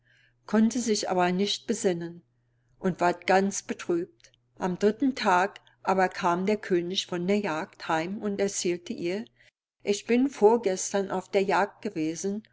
konnte sich aber nicht besinnen und ward ganz betrübt am dritten tag aber kam der könig von der jagd heim und erzählte ihr ich bin vorgestern auf der jagd gewesen